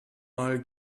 mal